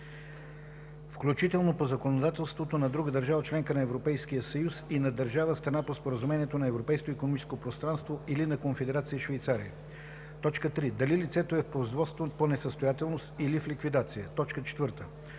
включително по законодателството на друга държава – членка на Европейския съюз, и на държава – страна по Споразумението за Европейското икономическо пространство, или на Конфедерация Швейцария; 3. дали лицето е в производство по несъстоятелност или в ликвидация; 4.